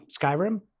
Skyrim